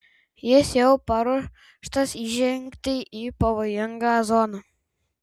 jis jau paruoštas įžengti į pavojingą zoną